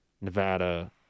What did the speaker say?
Nevada